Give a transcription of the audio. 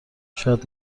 شاید